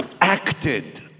acted